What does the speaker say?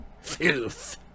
Filth